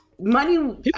money